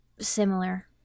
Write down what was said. similar